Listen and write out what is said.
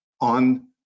on